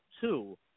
two